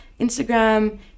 Instagram